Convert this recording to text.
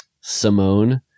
Simone